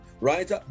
right